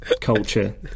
Culture